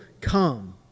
come